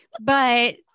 but-